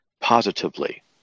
positively